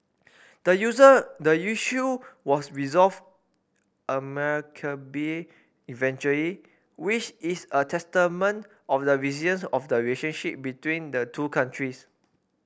the user the issue was resolved eventually which is a testament of the resilience of the relationship between the two countries